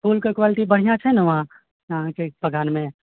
फूलके क्वालिटी बढ़िआँ छै ने वहाँ अहाँकेँ बगानमे